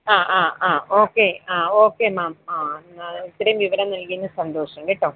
ആ ആ ആ ഓക്കെ ആ ഓക്കെ മാം ആ ഇത്രയും വിവരം നൽകിയതിന് സന്തോഷം കേട്ടോ